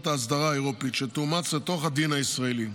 האסדרה האירופית שתאומץ לתוך הדין הישראלי,